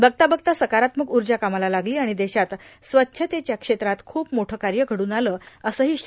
बघता बघता सकारात्मक ऊर्जा कामाला लागली आणि देशात स्वच्छतेच्या क्षेत्रात खूप मोठे कार्य षड्न आले असंही श्री